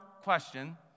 question